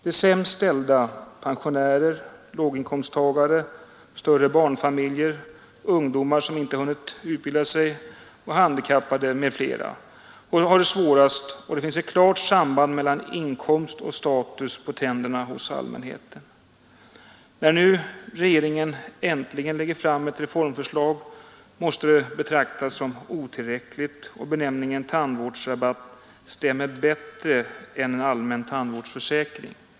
De sämst ställda — pensionärer, låginkomsttagare, större barnfamiljer, ungdomar som inte hunnit utbilda sig, handikappade m.fl. — har det svårast, och det finns ett klart samband mellan inkomst och status på tänderna hos allmänheten. När nu regeringen äntligen lägger fram ett reformförslag måste det betraktas som otillräckligt, och benämningen tandvårdsrabatt stämmer bättre än allmän tandvårdsförsäkring.